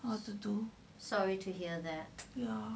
what to do